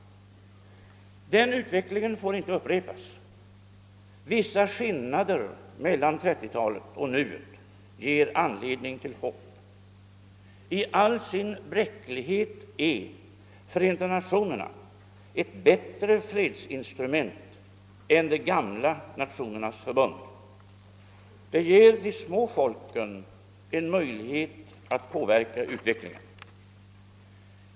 Den utvecklingen får inte upprepas. Vissa skillnader mellan 1930-talet och nuet ger anledning till hopp. I all sin bräcklighet är Förenta Nationerna ett bättre fredsinstrument än det gamla Nationernas Förbund. Det ger de små folken en möjlighet att påverka utvecklingen.